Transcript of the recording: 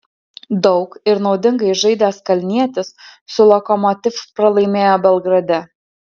daug ir naudingai žaidęs kalnietis su lokomotiv pralaimėjo belgrade